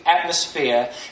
atmosphere